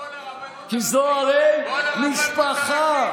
כי זו הרי משפחה.